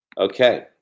Okay